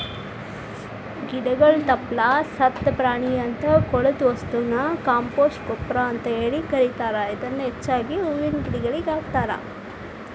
ಗಿಡಗಳ ತಪ್ಪಲ, ಸತ್ತ ಪ್ರಾಣಿಯಂತ ಕೊಳೆತ ವಸ್ತುನ ಕಾಂಪೋಸ್ಟ್ ಗೊಬ್ಬರ ಅಂತ ಕರೇತಾರ, ಇದನ್ನ ಹೆಚ್ಚಾಗಿ ಹೂವಿನ ಗಿಡಗಳಿಗೆ ಹಾಕ್ತಾರ